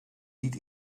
niet